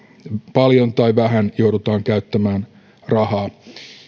paljon tai vähän joudutaan käyttämään rahaa